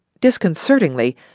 Disconcertingly